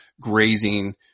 grazing